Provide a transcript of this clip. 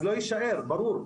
אז לא יישאר, זה ברור.